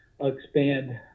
expand